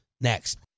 next